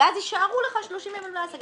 -- ואז יישארו לך 30 ימים להשגה.